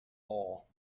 law